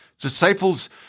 Disciples